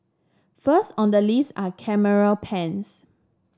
first on the list are camera pens